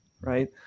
Right